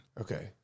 Okay